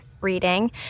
reading